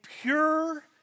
pure